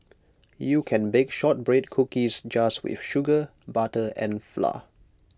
you can bake Shortbread Cookies just with sugar butter and flour